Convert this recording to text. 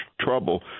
trouble